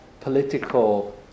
political